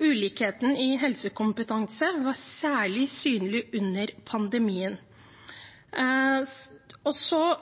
Ulikheten i helsekompetanse var særlig synlig under pandemien. Jeg